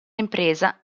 impresa